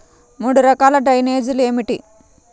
మూడు రకాల డ్రైనేజీలు ఏమిటి?